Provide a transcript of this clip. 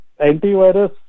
Antivirus